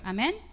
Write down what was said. Amen